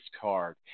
Card